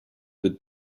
wird